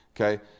Okay